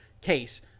case